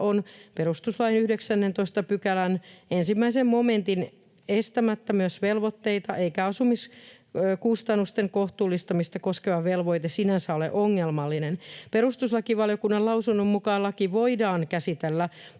on perustuslain 19 §:n 1 momentin estämättä myös velvoitteita, eikä asumiskustannusten kohtuullistamista koskeva velvoite sinänsä ole ongelmallinen. Perustuslakivaliokunnan lausunnon mukaan laki voidaan käsitellä